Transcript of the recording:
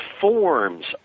forms